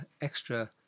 extra